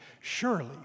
surely